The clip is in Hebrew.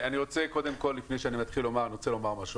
לפני שאני מתחיל אני רוצה לומר משהו.